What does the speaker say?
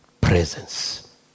presence